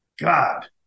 God